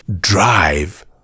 drive